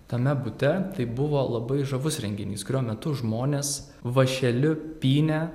tame bute tai buvo labai žavus renginys kurio metu žmonės vąšeliu pynė